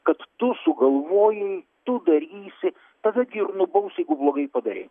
kad tu sugalvojai tu darysi tave gi ir nubaus jeigu blogai padarei